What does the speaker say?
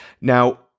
Now